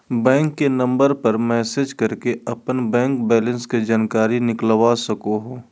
bank के number पर message करके अपन बैंक बैलेंस के जानकारी निकलवा सको हो